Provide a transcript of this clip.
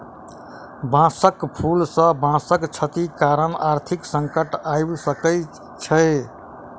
बांसक फूल सॅ बांसक क्षति कारण आर्थिक संकट आइब सकै छै